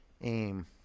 aim